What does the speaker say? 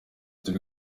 turi